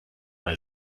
bei